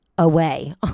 Away